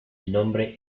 nombre